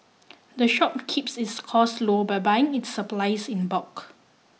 the shop keeps its costs low by buying its supplies in bulk